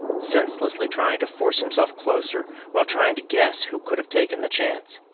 senselessly trying to force himself closer, while trying to guess who could have taken the chance.